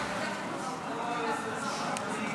להלן תוצאות ההצבעה: